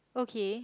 okay